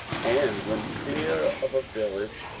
and when clear of a village,